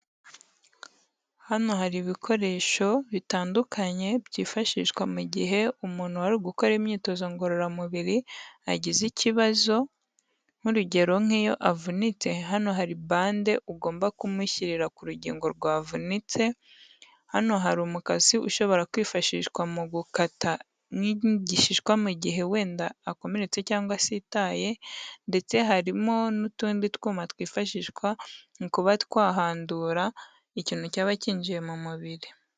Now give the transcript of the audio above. Hano hari ibikoresho bitandukanye byifashishwa mu gihe umuntu wari uri gukora imyitozo ngororamubiri agize ikibazo, nk'urugero nk'iyo avunitse, hano hari bande ugomba kumushyirira ku rugingo rwavunitse, hano hari umukasi ushobora kwifashishwa mu gukata nk'igishishwa mu gihe wenda akomeretse cyangwa asitaye, ndetse harimo n'utundi twuma twifashishwa mu kuba twahandura ikintu cyaba kinjiye mu mubiri.